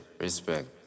Respect